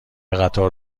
قطار